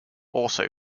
also